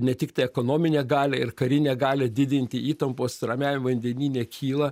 ne tiktai ekonominę galią ir karinę galią didinti įtampos ramiajam vandenyne kyla